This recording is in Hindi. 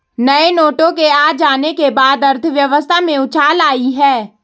नए नोटों के आ जाने के बाद अर्थव्यवस्था में उछाल आयी है